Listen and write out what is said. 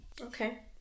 Okay